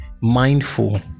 mindful